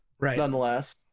Nonetheless